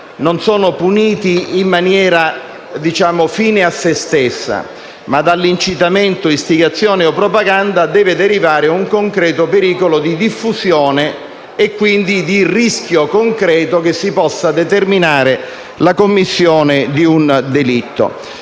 non sono puniti in maniera fine a se stessa ma quando dall'incitamento, istigazione o propaganda derivi un concreto pericolo di diffusione - e quindi il rischio concreto che si possa determinare la commissione di un delitto